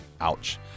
Ouch